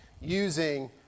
using